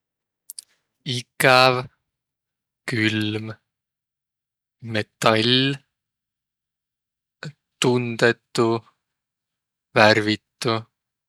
Ikäv, külm, metall, tundõtu, värvitü.